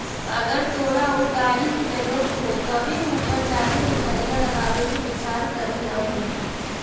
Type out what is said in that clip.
अगर तोरा ऊ गाड़ी के जरूरत हो तबे उ पर जादे रुपईया लगाबे के विचार करीयहूं